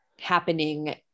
happening